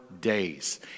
days